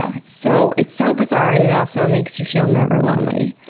so it's so it's so bizarre, and it also makes you feel never lonely.